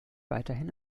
weiterhin